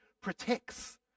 protects